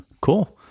Cool